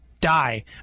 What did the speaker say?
die